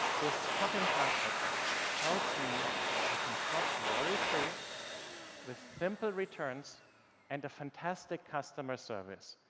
this shopping cart icon tells me that i can shop worry free with simple returns and a fantastic customer service,